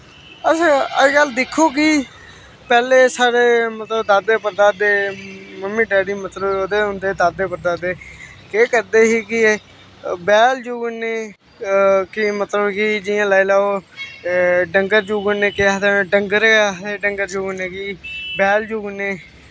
अस अज कल दिक्खो कि पैह्लें मतलव साढ़े दादे परदादे मम्मी डैड़ी मतलव ओह्दे दादे परदादे केह् करदे हे कि बल जुगड़ने मतलव कि जियां लाई लैओ डंगर जुगड़ने केह् आखदे उनें डंगर गै आखदे डंगर जुगड़ने कि बैल जुगड़ने